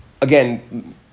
again